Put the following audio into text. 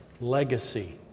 legacy